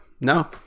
no